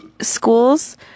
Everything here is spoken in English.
schools